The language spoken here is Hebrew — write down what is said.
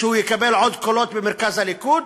שהוא יקבל עוד קולות במרכז הליכוד?